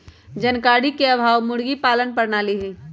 जानकारी के अभाव मुर्गी पालन प्रणाली हई